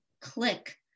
click